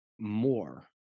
more